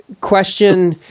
question